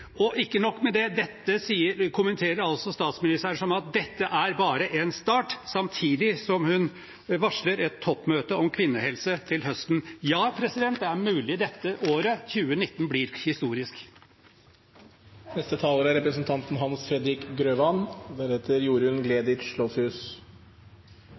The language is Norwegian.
Og ikke nok med det: Statsministeren kommenterer altså at dette bare er en start, samtidig som hun varsler et toppmøte om kvinnehelse til høsten. Ja, det er mulig dette året, 2019, blir historisk. Da jeg hørte representanten